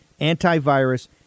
antivirus